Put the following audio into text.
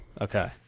Okay